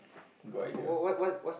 good idea